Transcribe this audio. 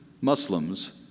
Muslims